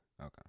Okay